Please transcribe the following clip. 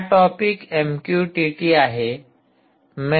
हा topic MQTT आहे